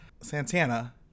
Santana